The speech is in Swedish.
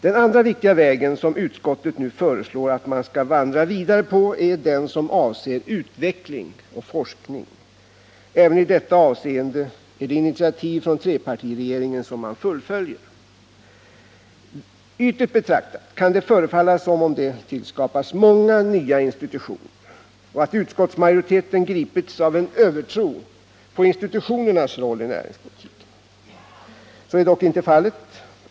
Den andra viktiga vägen som utskottet föreslår att man skall vandra vidare på är den som avser utveckling och forskning. Även i detta avseende är det initiativ från trepartiregeringen som man fullföljer. Ytligt betraktat kan det förefalla som om det tillskapas många nya institutioner och att utskottsmajoriteten gripits av en övertro på institutionernas roll i näringspolitiken. Så är dock inte fallet.